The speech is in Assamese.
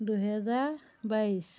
দুহেজাৰ বাইছ